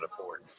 afford